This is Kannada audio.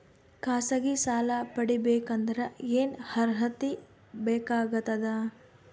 ಖಾಸಗಿ ಸಾಲ ಪಡಿಬೇಕಂದರ ಏನ್ ಅರ್ಹತಿ ಬೇಕಾಗತದ?